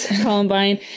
Columbine